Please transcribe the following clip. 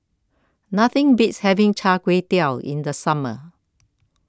nothing beats having Char Kway Teow in the summer